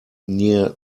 near